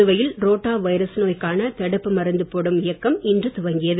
புதுவையில் rotavirus நோய்க்கான தடுப்பு மருந்து போடும் இயக்கம் இன்று துவங்கியது